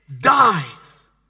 dies